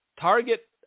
Target